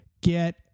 Get